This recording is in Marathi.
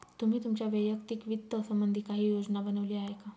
तुम्ही तुमच्या वैयक्तिक वित्त संबंधी काही योजना बनवली आहे का?